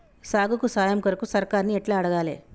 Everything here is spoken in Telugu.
సాగుకు సాయం కొరకు సర్కారుని ఎట్ల అడగాలే?